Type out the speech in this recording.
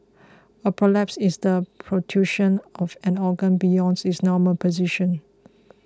a prolapse is the protrusion of an organ beyond its normal position